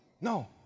no